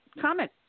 comment